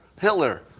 Hitler